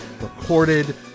recorded